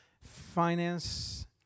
finance